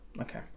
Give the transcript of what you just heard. Okay